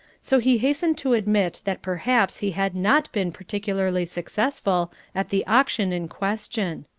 so he hastened to admit that perhaps he had not been particularly successful at the auction in question.